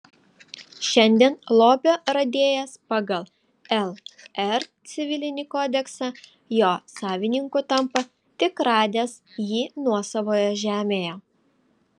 šiandien lobio radėjas pagal lr civilinį kodeksą jo savininku tampa tik radęs jį nuosavoje žemėje